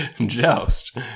Joust